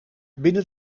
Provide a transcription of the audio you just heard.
binnen